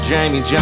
Jamie